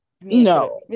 No